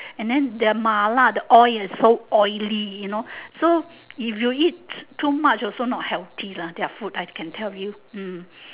and then their mala the oil is so oily you know so if you eat too much is also not healthy lah I can tell you hmm